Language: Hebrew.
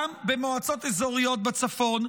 גם במועצות אזוריות בצפון?